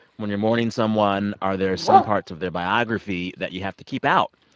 when you're mourning someone, are there some parts of their biography that you have to keep out?